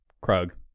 Krug